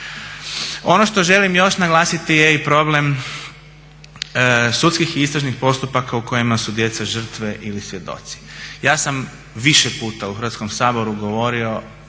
Ono što želim još naglasiti je i problem sudskih i istražnih postupaka u kojima su djeca žrtve ili svjedoci. Ja sam više puta u Hrvatskom saboru govorio